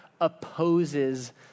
opposes